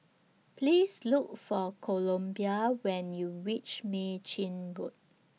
Please Look For Columbia when YOU REACH Mei Chin Road